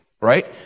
right